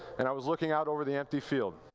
and i was looking out over the empty field,